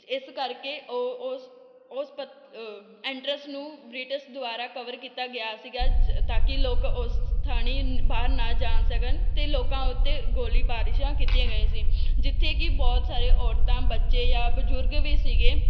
ਇਸ ਕਰਕੇ ਉਹ ਉਸ ਉਸ ਪਤ ਐਂਟਰਸ ਨੂੰ ਬ੍ਰਿਟਿਸ਼ ਦੁਆਰਾ ਕਵਰ ਕੀਤਾ ਗਿਆ ਸੀਗਾ ਤਾਂ ਕਿ ਲੋਕ ਉਸ ਥਾਈਂ ਬਾਹਰ ਨਾ ਜਾ ਸਕਣ ਅਤੇ ਲੋਕਾਂ ਉੱਤੇ ਗੋਲੀ ਬਾਰਿਸ਼ਾਂ ਕੀਤੀਆਂ ਗਈਆਂ ਸੀ ਜਿੱਥੇ ਕਿ ਬਹੁਤ ਸਾਰੇ ਔਰਤਾਂ ਬੱਚੇ ਜਾਂ ਬਜ਼ੁਰਗ ਵੀ ਸੀਗੇ